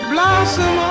Blossom